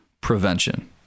prevention